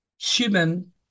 human